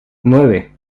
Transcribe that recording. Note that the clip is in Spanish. nueve